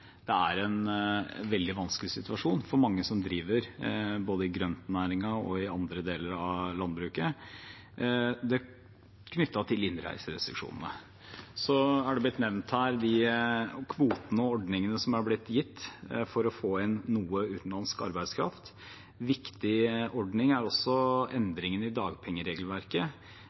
det er en veldig vanskelig situasjon for mange som driver både i grøntnæringen og i andre deler av landbruket, knyttet til innreiserestriksjonene. Så er de kvotene og ordningene som er blitt gitt for å få inn noe utenlandsk arbeidskraft, blitt nevnt. En viktig ordning er også endringene i dagpengeregelverket,